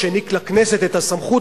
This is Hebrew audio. שהעניק לכנסת את הסמכות,